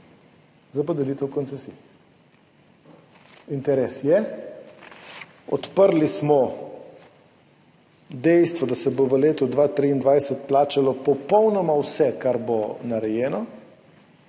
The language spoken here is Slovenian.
za podelitev koncesij. Interes je, odprli smo dejstvo, da se bo v letu 2023 plačalo popolnoma vse, kar bo narejeno.